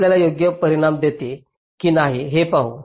हे आपल्याला योग्य परिणाम देते की नाही ते पाहू